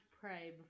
pray